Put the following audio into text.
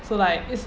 so like